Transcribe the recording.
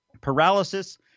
paralysis